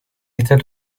l’état